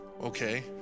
okay